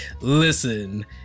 Listen